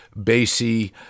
Basie